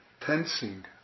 tensing